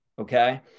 Okay